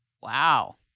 Wow